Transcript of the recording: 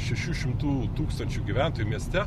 šešių šimtų tūkstančių gyventojų mieste